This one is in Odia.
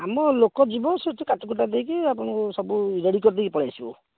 ଆମ ଲୋକ ଯିବ ସେଠି କାଟିକୁଟା ଦେଇକି ଆପଣଙ୍କୁ ସବୁ ରେଡ଼ି କରିଦେଇକି ପଳେଇ ଆସିବ